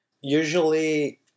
Usually